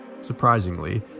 Surprisingly